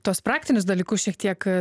tuos praktinius dalykus šiek tiek